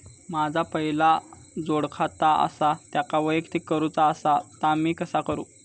माझा पहिला जोडखाता आसा त्याका वैयक्तिक करूचा असा ता मी कसा करू?